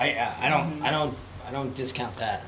sure i don't i don't i don't discount that